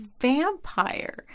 vampire